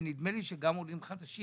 ונדמה לי שגם עולים חדשים.